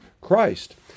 Christ